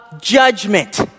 judgment